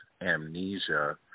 amnesia